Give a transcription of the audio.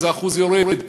אז האחוז יורד,